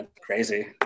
crazy